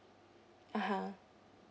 (uh huh)